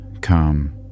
come